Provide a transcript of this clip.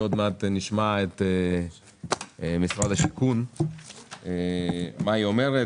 שעוד מעט נשמע את משרד השיכון לגבי מה היא אומרת,